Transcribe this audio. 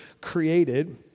created